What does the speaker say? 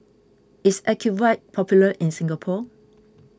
is Ocuvite popular in Singapore